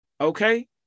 Okay